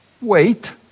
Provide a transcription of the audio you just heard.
wait